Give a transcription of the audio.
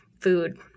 food